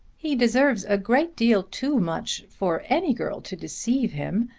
he deserves a great deal too much for any girl to deceive him.